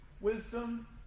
wisdom